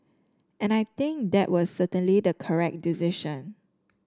and I think that was certainly the correct decision